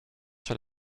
sur